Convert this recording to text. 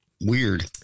Weird